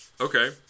Okay